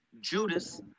judas